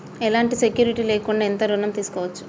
ఎలాంటి సెక్యూరిటీ లేకుండా ఎంత ఋణం తీసుకోవచ్చు?